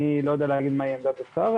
אני לא יודע להגיד מה עמדת השר.